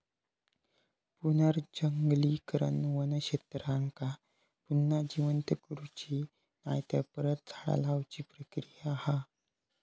पुनर्जंगलीकरण वन क्षेत्रांका पुन्हा जिवंत करुची नायतर परत झाडा लाऊची प्रक्रिया हा